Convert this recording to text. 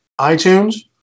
iTunes